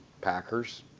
Packers